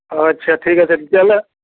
অঁ আচ্চা ঠিক আছে তেতিয়াহ'লে